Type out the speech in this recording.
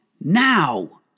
now